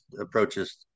approaches